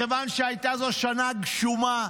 מכיוון שהייתה זו שנה גשומה,